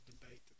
debate